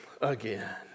again